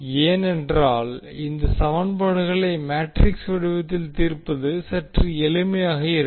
ஏனென்றால் இந்த சமன்பாடுகளை மேட்ரிக்ஸ் வடிவத்தில் தீர்ப்பது சற்று எளிமையாக இருக்கும்